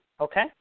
okay